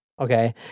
Okay